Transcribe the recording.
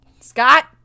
scott